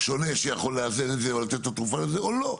שונה שיכול לאזן את זה או לתת את התרופה לזה או לא.